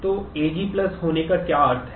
तो AG होने का क्या अर्थ है